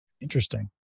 Interesting